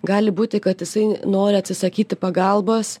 gali būti kad jisai nori atsisakyti pagalbos